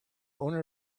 owner